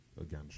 again